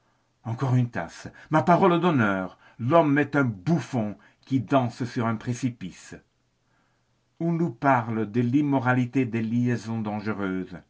encore une tasse ma parole d'honneur l'homme est un bouffon qui danse sur un précipice on nous parle de l'immoralité des liaisons dangereuses